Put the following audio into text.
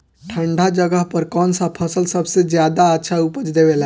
ठंढा जगह पर कौन सा फसल सबसे ज्यादा अच्छा उपज देवेला?